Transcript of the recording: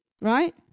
right